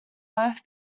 both